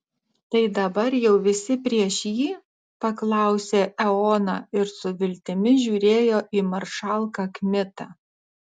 tai dabar jau visi prieš jį paklausė eoną ir su viltimi žiūrėjo į maršalką kmitą